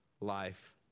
life